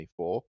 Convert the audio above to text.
24